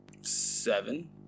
Seven